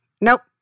nope